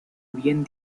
bien